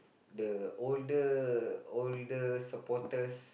the older older supporters